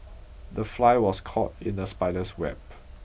the fly was caught in the spider's web